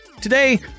Today